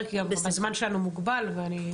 כי הזמן שלנו מוגבל.